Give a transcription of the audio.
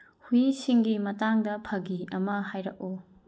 ꯍꯨꯏꯁꯤꯡꯒꯤ ꯃꯇꯥꯡꯗ ꯐꯥꯒꯤ ꯑꯃ ꯍꯥꯏꯔꯛꯎ